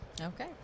okay